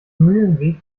mühlenweg